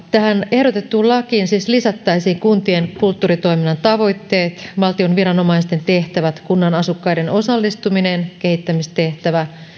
tähän ehdotettuun lakiin siis lisättäisiin kuntien kulttuuritoiminnan tavoitteet valtion viranomaisten tehtävät kunnan asukkaiden osallistuminen kehittämistehtävä